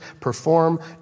perform